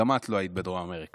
גם את לא היית בדרום אמריקה.